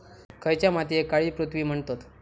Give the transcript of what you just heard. खयच्या मातीयेक काळी पृथ्वी म्हणतत?